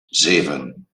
zeven